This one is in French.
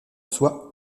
soit